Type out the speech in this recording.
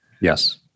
Yes